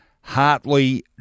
Hartley